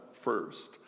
first